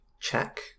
check